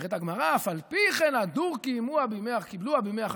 אומרת הגמרא: "אף על פי כן הדור קבלוה בימי אחשוורוש".